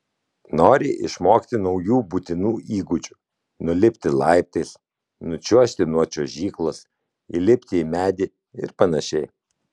nori išmokti naujų būtinų įgūdžių nulipti laiptais nučiuožti nuo čiuožyklos įlipti į medį ir panašiai